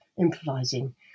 improvising